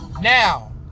Now